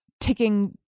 ticking